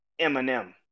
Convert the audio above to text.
Eminem